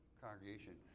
congregation